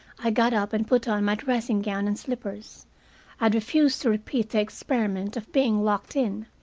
i got up and put on my dressing-gown and slippers. i had refused to repeat the experiment of being locked in.